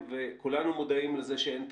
וכולנו מודעים לזה שאין תקציב,